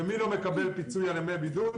ומי לא מקבל פיצוי על ימי בידוד?